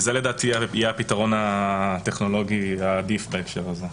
זה לדעתי יהיה הפתרון הטכנולוגי העדיף בהקשר הזה.